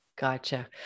gotcha